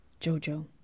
JoJo